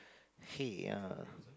hay ya